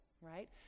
right